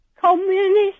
Communist